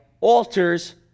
alters